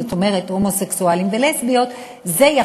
זאת אומרת הומוסקסואלים ולסביות,